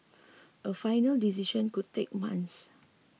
a final decision could take months